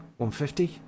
150